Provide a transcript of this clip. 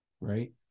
right